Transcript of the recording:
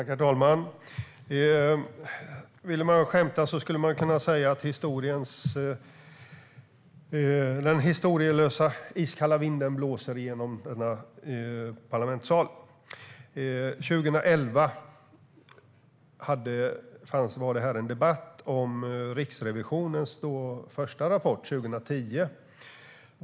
Herr talman! Ville man skämta kunde man säga att den historielösa iskalla vinden blåser genom denna parlamentssal. År 2011 hölls här en debatt om Riksrevisionens första rapport från 2010.